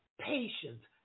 patience